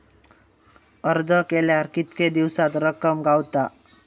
अर्ज केल्यार कीतके दिवसात रक्कम गावता?